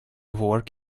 work